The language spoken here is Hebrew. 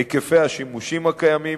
היקפי השימוש הקיימים,